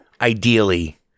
Ideally